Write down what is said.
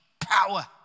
power